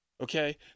okay